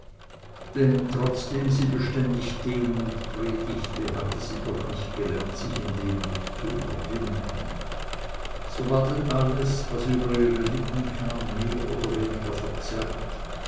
denn trotzdem sie beständig demut predigte hatte sie doch nicht gelernt sich in demut zu überwinden so war denn alles was über ihre lippen kam mehr oder weniger verzerrt